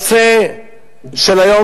דבר נוסף אני רוצה לומר, אדוני ראש הממשלה, לסיום.